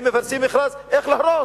הם מפרסמים מכרז איך להרוס,